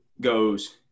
goes